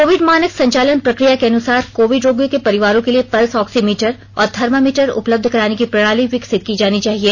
Covid मानक संचालन प्रक्रिया के अनुसार कोविड रोगियों के परिवारों के लिए पल्स ऑक्सीमीटर और थर्मामीटर उपलब्ध कराने की प्रणाली विकसित की जानी चाहिए